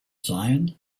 zion